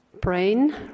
Brain